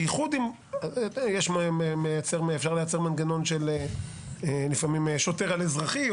בייחוד אם אפשר לייצר מנגנון של שוטר על אזרחי,